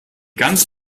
ganz